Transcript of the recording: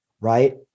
Right